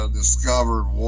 discovered